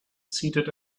seated